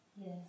Yes